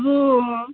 अब